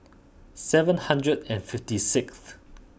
seven hundred and fifty sixth